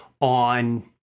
on